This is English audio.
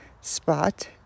spot